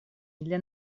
для